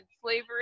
slavery